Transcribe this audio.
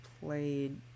played